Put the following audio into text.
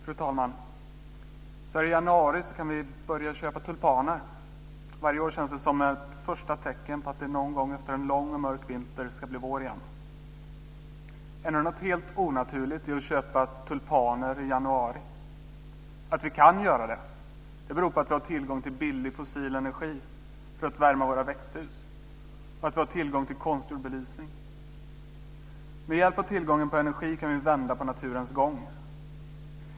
Fru talman! Så här i januari kan vi börja köpa tulpaner. Varje år känns det som ett första tecken på att det någon gång efter en lång och mörk vinter ska bli vår igen. Ändå är det helt onaturligt att köpa tulpaner i januari. Att vi kan göra det beror på att vi har tillgång till billig fossil energi för att värma våra växthus, att vi har tillgång till konstgjord belysning. Med hjälp av tillgången på energi kan vi vända på naturens gång.